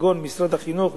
כגון משרד החינוך,